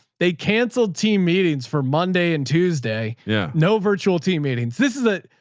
they canceled team meetings for monday and tuesday. yeah no virtual team meetings. this is a,